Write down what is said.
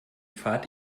pfad